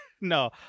No